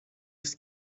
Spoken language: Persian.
است